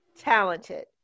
talented